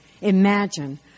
Imagine